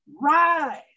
rise